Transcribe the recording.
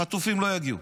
החטופים לא יגיעו,